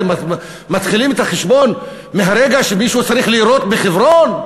אתם מתחילים את החשבון מהרגע שמישהו צריך לירות בחברון?